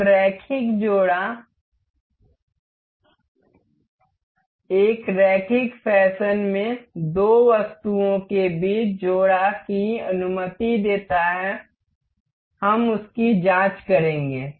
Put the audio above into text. तो रैखिक जोड़ा एक रैखिक फैशन में दो वस्तुओं के बीच जोड़ा की अनुमति देता है हम उसकी जाँच करेंगे